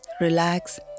Relax